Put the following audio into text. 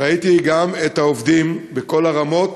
וראיתי גם את העובדים, בכל הרמות,